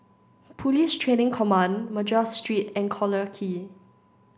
Police Training Command Madras Street and Collyer Quay